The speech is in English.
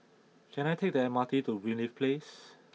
can I take the M R T to Greenleaf Place